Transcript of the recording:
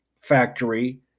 factory